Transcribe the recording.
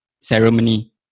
ceremony